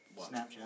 Snapchat